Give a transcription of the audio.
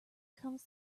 comes